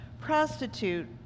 prostitute